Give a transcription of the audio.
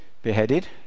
beheaded